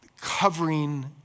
covering